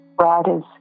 Riders